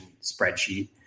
spreadsheet